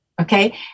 okay